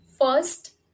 first